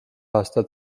aasta